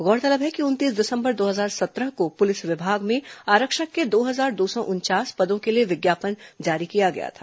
गौरतलब है कि उनतीस दिसंबर दो हजार सत्रह को पुलिस विभाग में आरक्षक के दो हजार दो सौ उनचास पदों के लिए विज्ञापन जारी किया गया था